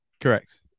Correct